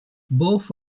both